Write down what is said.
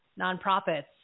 nonprofits